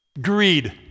greed